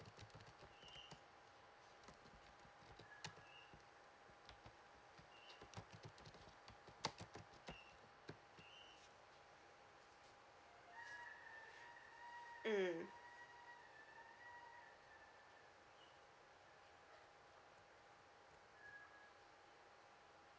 mm